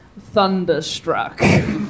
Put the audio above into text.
Thunderstruck